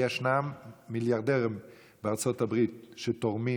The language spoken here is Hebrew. ישנם מיליארדרים בארצות הברית שתורמים